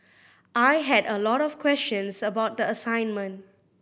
I had a lot of questions about the assignment